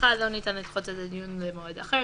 (1)לא ניתן לדחות את הדיון למועד אחר,